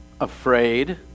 afraid